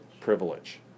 Privilege